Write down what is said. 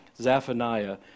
Zephaniah